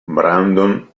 brandon